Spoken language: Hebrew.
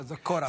זה כורח.